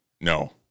No